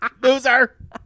Loser